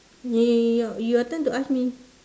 your your turn to ask me